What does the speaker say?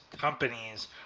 companies